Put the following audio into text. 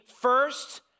first